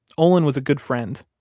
olin was a good friend.